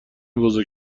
بزرگ